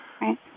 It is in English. Right